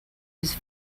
was